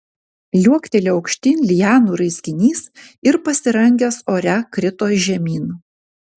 liuoktelėjo aukštyn lianų raizginys ir pasirangęs ore krito žemyn